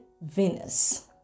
Venus